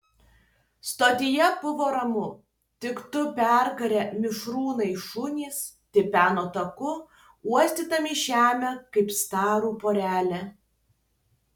stotyje buvo ramu tik du perkarę mišrūnai šunys tipeno taku uostydami žemę kaip starų porelė